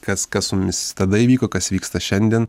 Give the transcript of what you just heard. kas kas su mumis tada įvyko kas vyksta šiandien